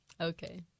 Okay